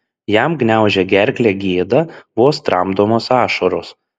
jam gniaužė gerklę gėda vos tramdomos ašaros